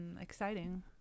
Exciting